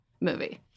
movie